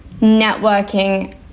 networking